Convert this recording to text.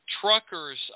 Truckers